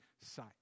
sight